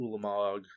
Ulamog